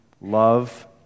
love